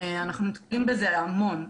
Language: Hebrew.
אנחנו נתקלים בזה המון,